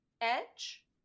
edge